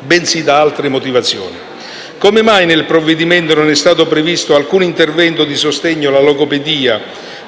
bensì da altre motivazioni. Come mai nel provvedimento non è stato previsto alcun intervento di sostegno alla logopedia,